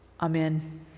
Amen